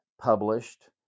published